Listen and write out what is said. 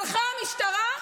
הלכה המשטרה?